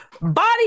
Body